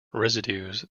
residues